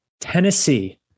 Tennessee